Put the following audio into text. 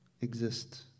exist